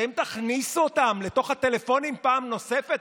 אתם תכניסו אותם לתוך הטלפונים פעם נוספת?